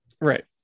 right